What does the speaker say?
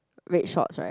red shorts right